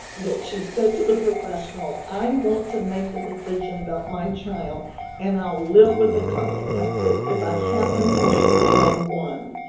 that she said to the professional i want to make the decision about my child and i'll live with the consequences, if i happened to make the wrong one,